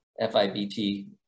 FIBT